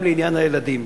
גם לעניין הילדים.